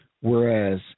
whereas